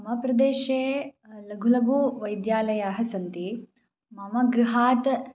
मम प्रदेशे लघुलघु वैद्यालयाः सन्ति मम गृहात्